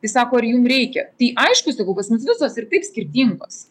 tai sako ar jus reikia tai aišku sakau pas mus visos ir taip skirtingos